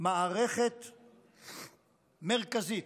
מערכת מרכזית,